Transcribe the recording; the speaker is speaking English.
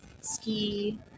ski